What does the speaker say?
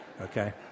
Okay